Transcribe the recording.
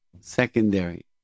secondary